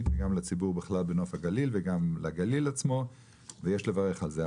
וגם לציבור בכלל בנוף הגליל וגם לגליל עצמו ויש לברך על זה.